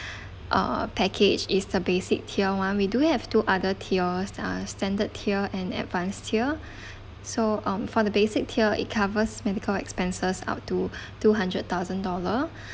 err package is the basic tier [one] we do have two other tiers they are standard tier and advanced tier so um for the basic tier it covers medical expenses up to two hundred thousand dollar